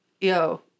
yo